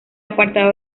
apartado